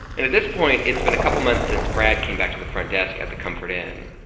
and at this point, it's been a couple months since brad came back to the front desk at the comfort inn.